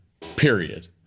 period